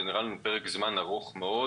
זה נראה לנו פרק זמן ארוך מאוד,